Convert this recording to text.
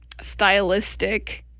stylistic